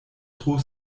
tro